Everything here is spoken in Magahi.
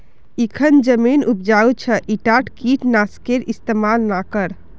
इखन जमीन उपजाऊ छ ईटात कीट नाशकेर इस्तमाल ना कर